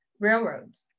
railroads